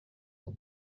icyo